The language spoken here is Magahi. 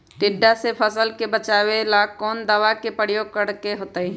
टिड्डा से फसल के बचावेला कौन दावा के प्रयोग करके होतै?